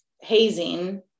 hazing